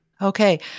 Okay